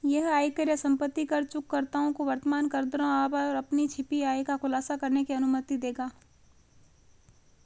यह आयकर या संपत्ति कर चूककर्ताओं को वर्तमान करदरों पर अपनी छिपी आय का खुलासा करने की अनुमति देगा